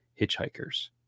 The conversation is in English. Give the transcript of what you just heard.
hitchhikers